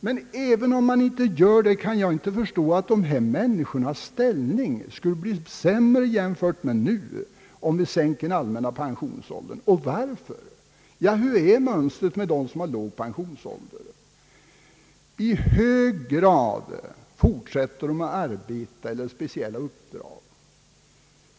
Men även om man inte gör det, kan jag inte förstå att människornas ställning skulle bli sämre jämfört med vad den är nu om vi sänkte den allmänna pensionsåldern. Varför? Ja, hur ser mönstret ut för dem som har låg pensionsålder? I hög grad fortsätter de att arbeta med speciella uppdrag.